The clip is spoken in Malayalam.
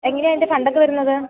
എങ്ങനെയാണ് അതിൻ്റെ ഫണ്ടൊക്കെ വരുന്നത്